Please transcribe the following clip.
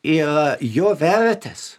yra jo vertės